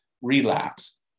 relapse